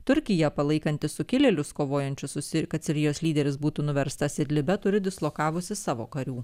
turkija palaikanti sukilėlius kovojančius susi kad sirijos lyderis būtų nuverstas idlibe turi dislokavusi savo karių